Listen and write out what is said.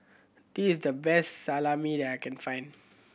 this is the best Salami that I can find